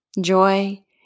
joy